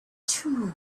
too